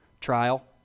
Trial